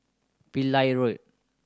Pillai Road